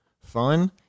fun